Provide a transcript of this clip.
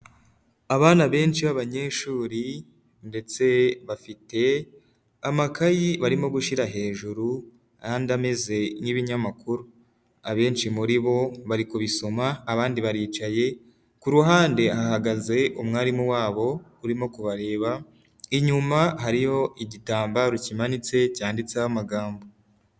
Abana benshi b'abanyeshuri, ndetse bafite amakayi barimo gushyira hejuru, n'andi ameze nk'ibinyamakuru. Abenshi muri bo bari kubisoma abandi baricaye, ku ruhande hahagaze umwarimu wabo urimo kubareba, inyuma hariyo igitambaro kimanitse, cyanditseho amagambo.